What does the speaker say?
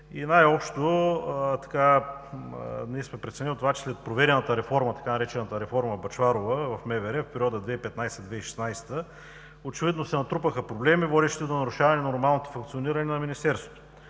Най-общо ние сме преценили това, че след проведената реформа, така наречената реформа Бъчварова в МВР в периода 2015 – 2016 г., очевидно се натрупаха проблеми, водещи до нарушаване на нормалното функциониране на Министерството.